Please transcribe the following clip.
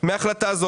מהחלטה זו.